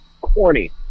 corny